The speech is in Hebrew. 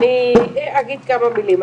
אגיד כמה מילים.